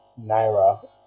Naira